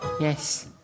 Yes